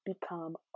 become